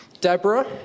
Deborah